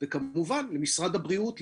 וכמובן למשרד הבריאות,